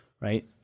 right